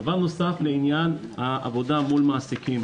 דבר נוסף לעניין העבודה מול מעסיקים.